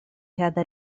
هذا